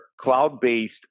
cloud-based